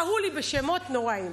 קראו לי בשמות נוראיים.